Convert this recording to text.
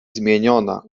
zmieniona